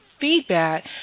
feedback